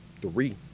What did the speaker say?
Three